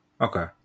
Okay